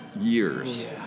Years